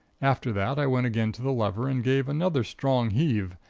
after that i went again to the lever and gave another strong heave,